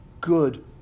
Good